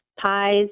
Pies